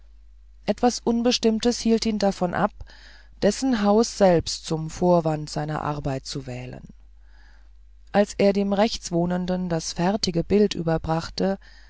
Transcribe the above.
etwas unbestimmtes hielt ihn davon ab dessen haus selbst zum vorwand seiner arbeit zu wählen als er dem rechtswohnenden das fertige bild überbrachte